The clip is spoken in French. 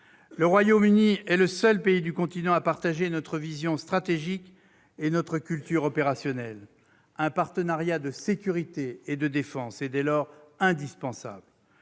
Le Royaume-Uni est le seul pays du continent à partager notre vision stratégique et notre culture opérationnelle. Un partenariat de sécurité et de défense est dès lors indispensable.